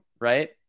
right